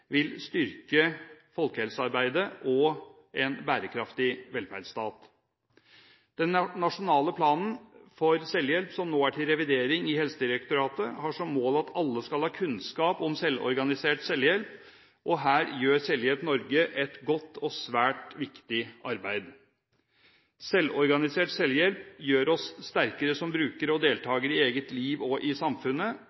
vil styrke folkehelsearbeidet og en bærekraftig velferdsstat. Den nasjonale planen for selvhjelp, som nå er til revidering i Helsedirektoratet, har som mål at alle skal ha kunnskap om selvorganisert selvhjelp. Her gjør Selvhjelp Norge et godt og svært viktig arbeid. Selvorganisert selvhjelp gjør oss sterkere som brukere og